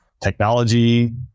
technology